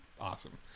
awesome